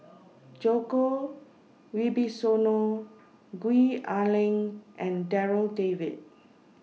Djoko Wibisono Gwee Ah Leng and Darryl David